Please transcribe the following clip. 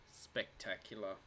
Spectacular